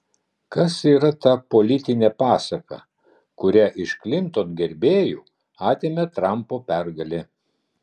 kas yra ta politinė pasaka kurią iš klinton gerbėjų atėmė trampo pergalė